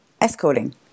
escorting